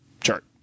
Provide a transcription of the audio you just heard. chart